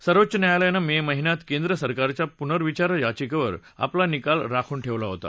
सर्वोच्च न्यायालयानं ममिहिन्यात केंद्र सरकारच्या पूर्नविचार याचिक्खे आपला निकाल राखून ठक्का होता